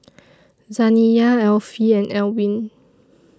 Zaniyah Alfie and Alwine